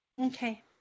Okay